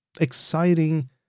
exciting